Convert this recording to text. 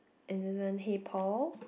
and then the hey Paul